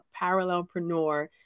parallelpreneur